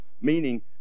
meaning